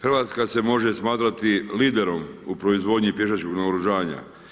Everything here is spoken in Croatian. Hrvatska se može smatrati liderom u proizvodnji pješačkog naoružanja.